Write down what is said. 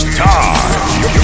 time